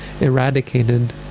eradicated